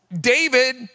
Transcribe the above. David